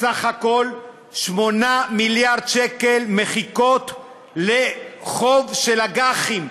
סך הכול 8 מיליארד שקל מחיקות לחוב של אג"חים,